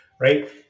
right